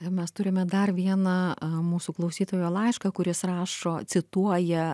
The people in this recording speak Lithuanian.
mes turime dar vieną mūsų klausytojo laišką kuris rašo cituoja